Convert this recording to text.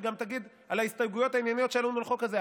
היא גם תגיד על ההסתייגויות הענייניות שיש לנו על החוק הזה,